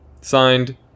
Signed